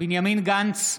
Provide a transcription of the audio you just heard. בנימין גנץ,